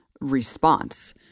response